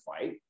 fight